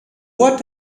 what